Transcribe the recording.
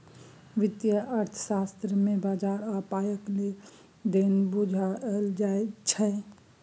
वित्तीय अर्थशास्त्र मे बजार आ पायक लेन देन बुझाओल जाइत छै